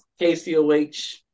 KCOH